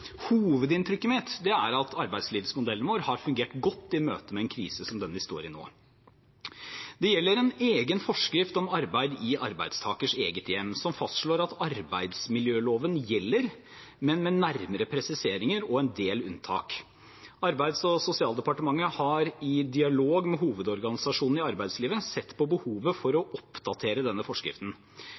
Hovedinntrykket mitt er at arbeidslivsmodellen vår har fungert godt i møte med en krise som den vi står i nå. Det gjelder en egen forskrift om arbeid i arbeidstakerens eget hjem som fastslår at arbeidsmiljøloven gjelder, men med nærmere presiseringer og en del unntak. Arbeids- og sosialdepartementet har i dialog med hovedorganisasjonene i arbeidslivet sett på behovet for å oppdatere denne forskriften.